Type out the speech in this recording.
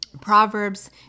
Proverbs